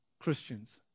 Christians